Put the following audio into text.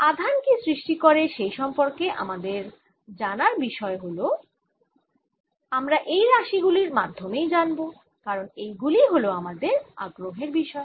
আধান কি সৃষ্টি করে সেই সম্পর্কে আমাদের জানার বিষয় গুলি আমরা এই রাশি গুলির মাধ্যমেই জানব কারণ এই গুলিই হল আমাদের আগ্রহের বিষয়